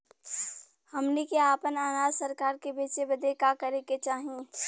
हमनी के आपन अनाज सरकार के बेचे बदे का करे के चाही?